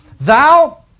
thou